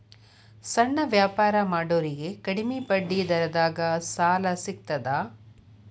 ಸಣ್ಣ ವ್ಯಾಪಾರ ಮಾಡೋರಿಗೆ ಕಡಿಮಿ ಬಡ್ಡಿ ದರದಾಗ್ ಸಾಲಾ ಸಿಗ್ತದಾ?